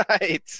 right